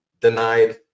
denied